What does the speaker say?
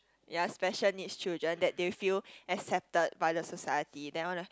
ya special needs children that they will feel accepted by the society then all the